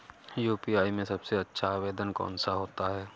UPI में सबसे अच्छा आवेदन कौन सा होता है?